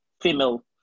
female